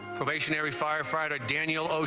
stationary firefighter daniel.